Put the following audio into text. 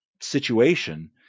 situation